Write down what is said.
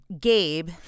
Gabe